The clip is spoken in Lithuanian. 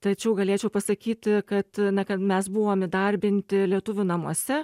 tačiau galėčiau pasakyti kad na kad mes buvom įdarbinti lietuvių namuose